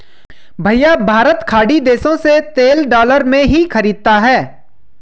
भैया भारत खाड़ी देशों से तेल डॉलर में ही खरीदता है